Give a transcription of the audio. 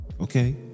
Okay